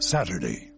Saturday